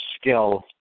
skill